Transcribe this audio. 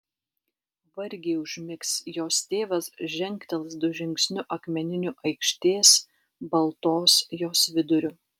vargiai užmigs jos tėvas žengtels du žingsniu akmeniniu aikštės baltos jos viduriu